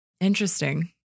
Interesting